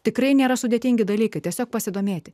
tikrai nėra sudėtingi dalykai tiesiog pasidomėti